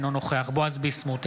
אינו נוכח בועז ביסמוט,